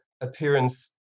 appearance